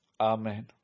Amen